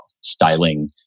styling